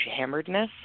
hammeredness